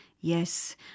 yes